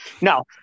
No